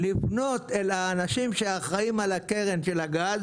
לפנות אל האנשים שאחראים על הקרן של הגז